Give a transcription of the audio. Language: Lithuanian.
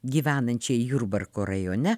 gyvenančiai jurbarko rajone